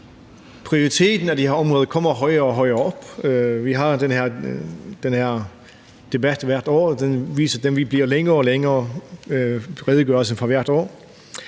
Prioriteten af de her områder kommer højere og højere op. Vi har den her debat hvert år, og vi ser, at redegørelsen bliver længere og længere for hvert år.